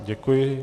Děkuji.